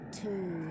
two